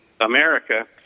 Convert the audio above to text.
America